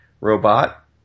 robot